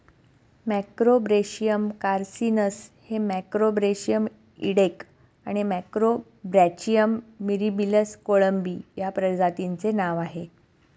Macrobrachium carcinus हे Macrobrachium इडेक आणि मॅक्रोब्रॅचियम मिराबिलिस कोळंबी या प्रजातींचे नाव आहे